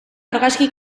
argazki